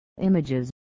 images